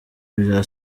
ibya